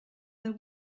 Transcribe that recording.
there